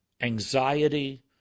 anxiety